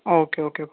okay okay